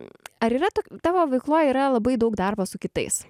ar yra ta tavo veikloj yra labai daug darbo su kitais